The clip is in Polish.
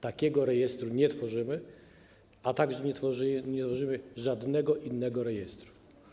Takiego rejestru nie tworzymy, a także nie tworzymy żadnego innego rejestru.